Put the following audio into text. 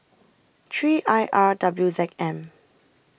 three I R W Z M